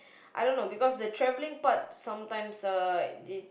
I don't know because the travelling part sometimes uh it's